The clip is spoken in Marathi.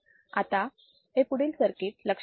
आता हे पुढील सर्किट लक्षात घेऊ